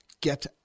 get